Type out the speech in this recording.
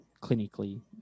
clinically